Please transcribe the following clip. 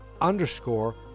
underscore